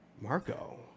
marco